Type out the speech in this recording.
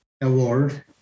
Award